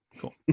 Cool